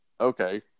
okay